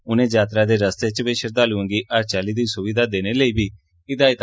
उनें यात्रा दे रस्ते च बी श्रद्धालुएं गी हर चाली दी सुविधा देने लेई आक्खेया